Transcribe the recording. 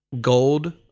gold